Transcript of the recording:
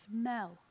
smell